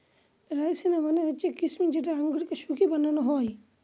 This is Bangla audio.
রাইসিনা মানে হচ্ছে কিসমিস যেটা আঙুরকে শুকিয়ে বানানো হয়